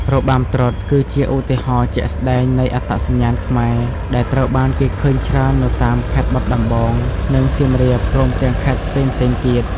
របាំត្រុដិ គឺជាឧទាហរណ៍ជាក់ស្តែងនៃអត្តសញ្ញាណខ្មែរ ដែលត្រូវបានគេឃើញច្រើននៅតាមខេត្តបាត់ដំបង និងសៀមរាបព្រមទាំងខេត្តផ្សេងៗទៀត។